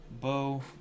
bow